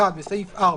(1)בסעיף 4,